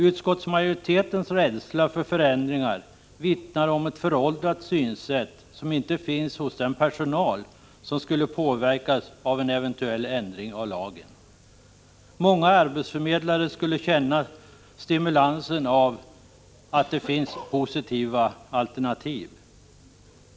Utskottsmajoritetens rädsla för förändringar vittnar om ett föråldrat synsätt, som inte finns hos den personal som skulle påverkas av en eventuell ändring av lagen. Många arbetsförmedlare skulle känna stimulansen av att det finns positiva alternativ.